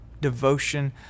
devotion